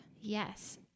Yes